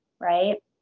right